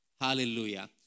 Hallelujah